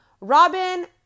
robin